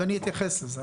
אני אתייחס לזה.